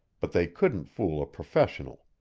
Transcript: but they couldn't fool a professional.